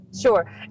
Sure